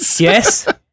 Yes